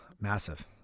massive